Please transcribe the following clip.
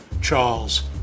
Charles